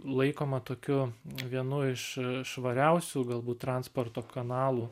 laikoma tokiu vienu iš švariausių galbūt transporto kanalų